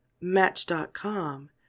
Match.com